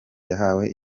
yahawe